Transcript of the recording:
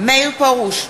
מאיר פרוש,